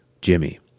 Jimmy